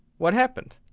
what happened?